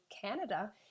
canada